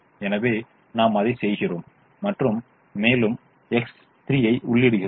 எனவே நாம் அதை செய்கிறோம் மற்றும் மேலும் X3 ஐ உள்ளிடுகிறோம்